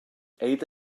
ada